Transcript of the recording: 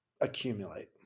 accumulate